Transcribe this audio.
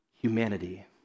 humanity